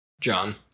John